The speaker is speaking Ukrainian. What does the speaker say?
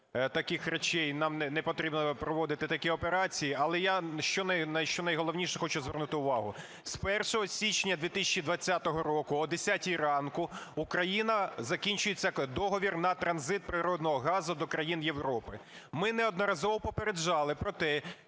таких речей, нам не потрібно проводити такі операції. Але я на що найголовніше хочу звернути увагу. З 1 січня 2020 року о 10 ранку Україна… закінчується договір на транзит природного газу до країн Європи. Ми неодноразово попереджали про те,